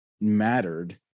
mattered